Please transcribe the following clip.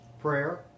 Prayer